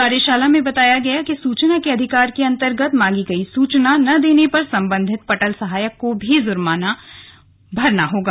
कार्यशाला में बताया गया कि सुचना अधिकार के अन्तर्गत मांगी गई सुचना न देने पर संबंधित पटल सहायक को भी जुर्माना भरना होगा